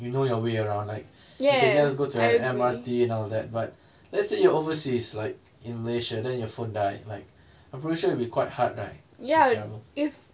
you know your way around like you can just go to M_R_T and all that but let's say you are overseas like in malaysia then your phone die like I'm pretty sure it will be quite hard right to travel